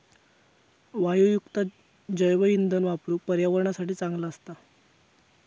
वायूयुक्त जैवइंधन वापरुक पर्यावरणासाठी चांगला असता